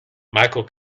michael